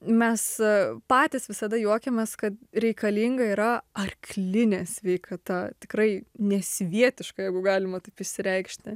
mes patys visada juokiamės kad reikalinga yra arklinė sveikata tikrai nesvietiška jeigu galima taip išsireikšti